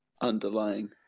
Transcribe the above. underlying